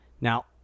Now